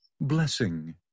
Blessing